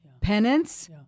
penance